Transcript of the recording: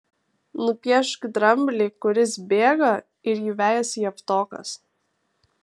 nupiešk dramblį kuris bėga ir jį vejasi javtokas